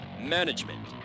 management